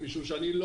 משום שאני לא